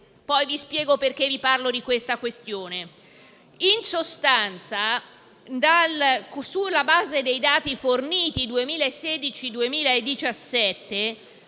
Poi vi spiego perché vi parlo di tale questione. In sostanza, sulla base dei dati forniti sul 2016-2017,